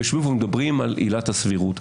יושבים ומדברים על עילת הסבירות.